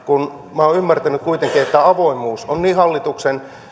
kun minä olen ymmärtänyt kuitenkin että avoimuus on niin hallituksen